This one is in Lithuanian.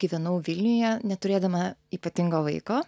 gyvenau vilniuje neturėdama ypatingo vaiko